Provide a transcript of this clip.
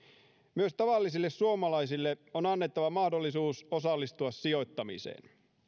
myös tavallisille suomalaisille on annettava mahdollisuus osallistua sijoittamiseen